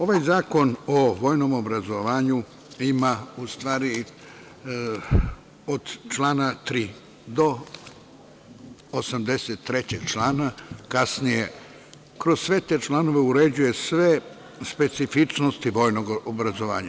Ovaj Zakon o vojnom obrazovanju ima u stvari od člana 3. do 83. člana, kasnije kroz sve te članove uređuje sve specifičnosti vojnog obrazovanja.